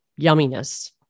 Yumminess